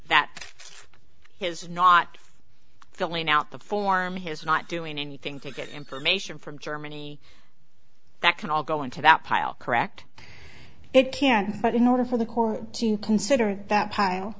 that his not filling out the form his not doing anything to get information from germany that can all go into that pile correct it can't but in order for the court to consider that pile